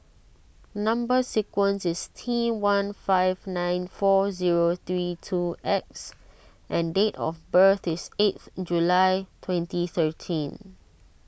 Number Sequence is T one five nine four zero three two X and date of birth is eighth July twenty thirteen